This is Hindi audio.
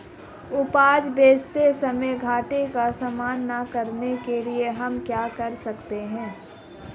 उपज बेचते समय घाटे का सामना न करने के लिए हम क्या कर सकते हैं?